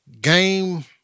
Game